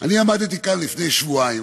אני עמדתי כאן לפני שבועיים,